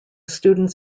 students